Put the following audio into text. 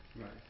Right